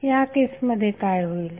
त्या केसमध्ये काय होईल